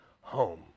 home